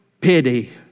pity